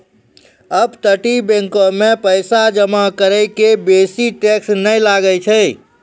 अपतटीय बैंको मे पैसा जमा करै के बेसी टैक्स नै लागै छै